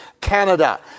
Canada